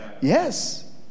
Yes